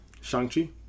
Shang-Chi